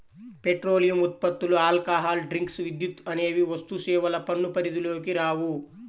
petroleum ఉత్పత్తులు, alcohol drinks, విద్యుత్ అనేవి వస్తుసేవల పన్ను పరిధిలోకి రావు